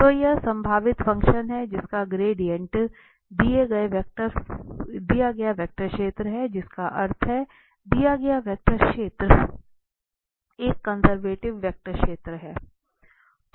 तो यह संभावित फ़ंक्शन है जिसका ग्रेडिएंट दिया गया वेक्टर क्षेत्र है जिसका अर्थ हैदिया गए वेक्टर क्षेत्र एक कंजर्वेटिव वेक्टर क्षेत्र है